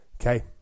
Okay